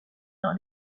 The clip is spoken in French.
dans